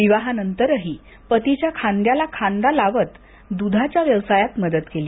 विवाहानंतरही पतीच्या खांद्याला खांदा लावत दुग्ध व्यवसायात मदत केली